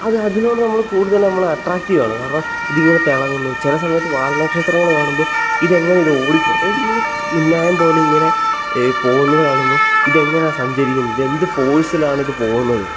അത് അതിനോട് നമ്മൾ കൂടുതൽ നമ്മൾ അട്ട്രാക്റ്റ് ചെയ്യുകയാണ് കാരണം ഇത് ഇങ്ങനെ തിളങ്ങുന്നു ചില സമയത്ത് വാൽനക്ഷത്രങ്ങൾ കാണുമ്പോൾ ഇത് എങ്ങനെ ഇത് ഓടിപോകുന്നത് അത് ഇങ്ങനെ മിന്നായം പോലെ ഇങ്ങനെ പോകുന്നത് കാണുമ്പോൾ ഇത് എങ്ങനെയാണ് സഞ്ചരിക്കുന്ന് ഇതെന്ത് ഫോഴ്സിലാണ് ഇത് പോകുന്നത്